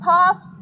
past